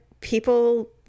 people